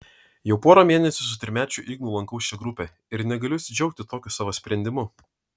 jau porą mėnesių su trimečiu ignu lankau šią grupę ir negaliu atsidžiaugti tokiu savo sprendimu